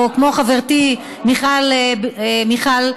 או כמו חברתי מיכל רוזין,